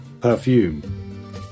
perfume